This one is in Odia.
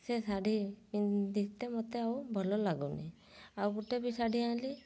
ସେ ଶାଢ଼ୀ ପିନ୍ଧି ଏତେ ମୋତେ ଆଉ ଭଲ ଲାଗୁନି ଆଉ ଗୋଟିଏ ବି ଶାଢ଼ୀ ଆଣିଲି